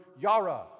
Yara